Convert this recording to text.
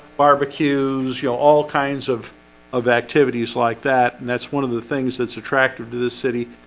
barbecues, you know all kinds of of activities like that, and that's one of the things that's attractive to the city